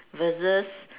versus